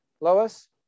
Lois